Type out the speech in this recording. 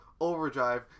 Overdrive